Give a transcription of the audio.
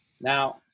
Now